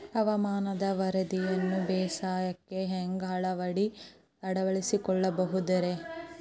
ಹವಾಮಾನದ ವರದಿಯನ್ನ ಬೇಸಾಯಕ್ಕ ಹ್ಯಾಂಗ ಅಳವಡಿಸಿಕೊಳ್ಳಬಹುದು ರೇ?